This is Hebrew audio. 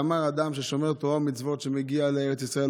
ואמר שאדם ששומר תורה ומצוות שמגיע לארץ ישראל,